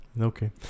Okay